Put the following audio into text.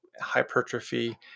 hypertrophy